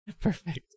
Perfect